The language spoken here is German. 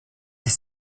ist